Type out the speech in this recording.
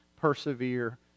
persevere